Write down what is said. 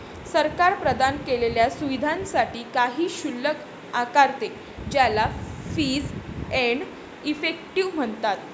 सरकार प्रदान केलेल्या सुविधांसाठी काही शुल्क आकारते, ज्याला फीस एंड इफेक्टिव म्हणतात